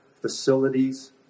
facilities